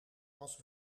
als